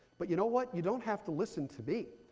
but you know what? you don't have to listen to me.